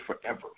forever